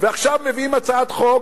ועכשיו מביאים הצעת חוק,